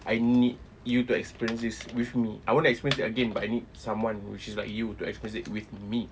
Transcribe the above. I need you to experience this with me I want to experience it again but I need someone which is like you to experience it with me